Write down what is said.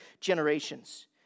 generations